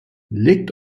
legt